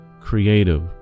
creative